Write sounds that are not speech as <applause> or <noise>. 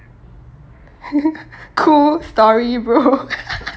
<laughs> cool story bro <laughs>